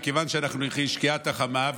מכיוון שאנחנו אחרי שקיעת החמה,